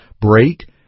break